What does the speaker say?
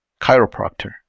Chiropractor